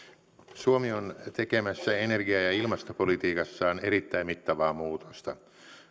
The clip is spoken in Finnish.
suomi on tekemässä energia ja ilmastopolitiikassaan erittäin mittavaa muutosta